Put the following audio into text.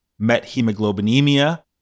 methemoglobinemia